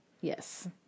Yes